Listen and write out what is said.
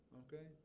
okay